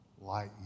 light